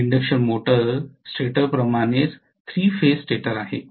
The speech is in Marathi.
हे इंडक्शन मोटर स्टेटर प्रमाणेच 3 फेज स्टेटर आहे